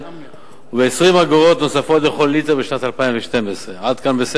וב-20 אגורות נוספות לכל ליטר בשנת 2012. עד כאן,